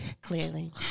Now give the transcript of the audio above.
clearly